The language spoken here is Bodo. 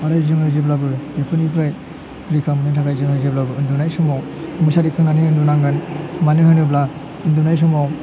नाथाय जोङो जेब्लाबो बेफोरनिफ्राय रैखा मोननो थाखाइ जोङो जेब्लाबो उन्दुनाय समाव मुसारि खोंनानै उनदुनांगोन मानो होनोब्ला उन्दुनाय समाव